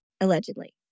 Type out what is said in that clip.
allegedly